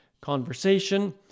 conversation